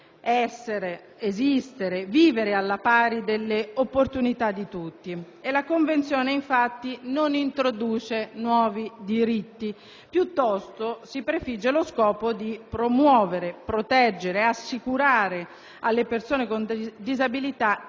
essere, esistere, vivere alla pari delle opportunità di tutti. E la Convenzione, infatti, non introduce nuovi diritti, piuttosto si prefigge lo scopo di promuovere, proteggere ed assicurare alle persone con disabilità il